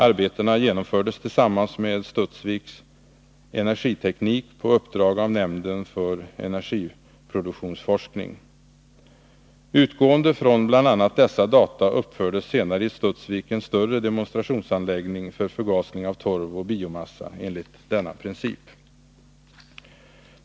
Arbetena genomfördes tillsammans med Studsvik Energiteknik på uppdrag av nämnden för energiproduktionsforskning. Utgående från bl.a. dessa data uppfördes senare i Studsvik en större demonstrationsanläggning för förgasning av torv och biomassa enligt denna princip.